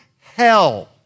hell